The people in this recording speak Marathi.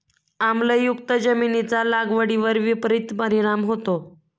आम्लयुक्त जमिनीचा लागवडीवर विपरीत परिणाम होतो